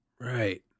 right